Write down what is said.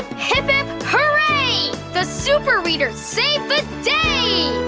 hip hip hooray! the super reader saved the day!